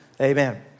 Amen